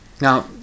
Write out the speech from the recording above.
now